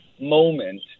moment